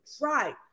Right